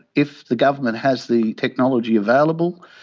if the government has the technology available,